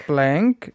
Blank